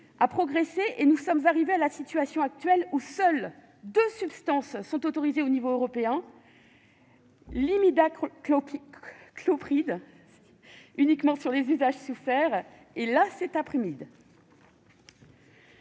a progressé et nous sommes arrivés à la situation actuelle, où seules deux substances sont autorisées au niveau européen : l'imidaclopride, uniquement pour les usages sous serre, et l'acétamipride.